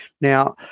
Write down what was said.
Now